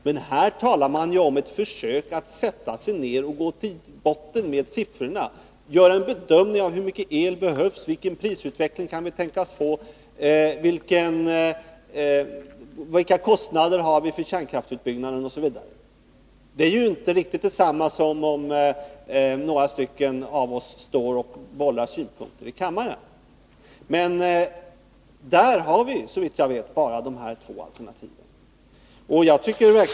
Men här talar jag om ett försök att göra en bedömning av hur mycket el som behövs, vilken prisutveckling vi kan tänkas få, vilka kostnader vi har för kärnkraftsutbyggnaden osv. Det är inte riktigt detsamma som om några av oss här i kammaren bollar synpunkter fram och tillbaka. Såvitt jag vet finns det bara de två alternativ jag har nämnt.